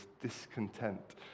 discontent